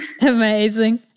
Amazing